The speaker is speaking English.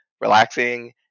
relaxing